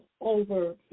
over